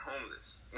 homeless